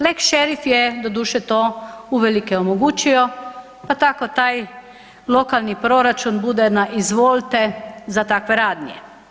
Lex šerif je doduše to uvelike omogućio, pa tako taj lokalni proračun bude na izvolte za takve radnje.